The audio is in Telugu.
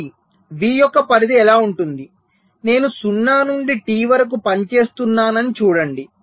V యొక్క పరిధి ఎలా ఉంటుంది నేను 0 నుండి T వరకు పని చేస్తున్నానని చూడండి